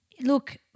Look